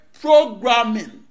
programming